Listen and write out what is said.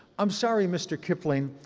i'm sorry, mr. kipling,